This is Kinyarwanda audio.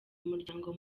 muryango